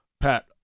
Pat